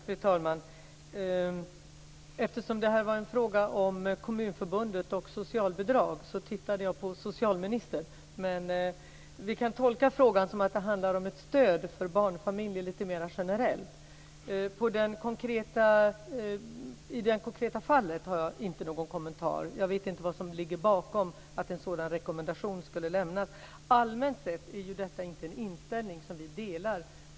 Fru talman! Eftersom detta är en fråga om Kommunförbundet och socialbidrag tittade jag först på socialministern. Men vi kan tolka frågan som att den handlar om ett stöd för barnfamiljer lite mer generellt. I det konkreta fallet har jag inte någon kommentar. Jag vet inte vad som ligger bakom att en sådan rekommendation skulle lämnas. Allmänt sett är detta inte en inställning som vi delar.